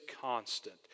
constant